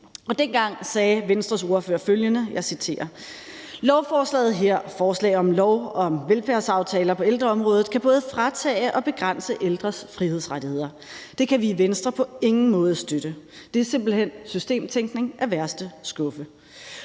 Dengang sagde Venstres ordfører følgende, og jeg citerer: »Lovforslaget her, forslag om lov om velfærdsaftaler på ældreområdet, kan både fratage og begrænse ældres frihedsrettigheder. Det kan vi i Venstre på ingen måde støtte. Det er simpelt hen systemtænkning af værste skuffe.